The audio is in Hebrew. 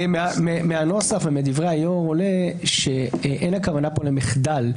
מהנוסח ומדברי היו"ר עולה שאין הכוונה פה למחדל,